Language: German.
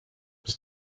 bis